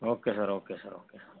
okay sir okay sir okay